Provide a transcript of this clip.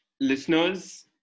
Listeners